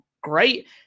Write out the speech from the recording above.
great